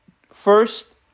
First